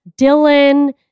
Dylan